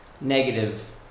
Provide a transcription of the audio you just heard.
negative